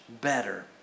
better